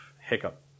hiccup